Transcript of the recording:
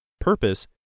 purpose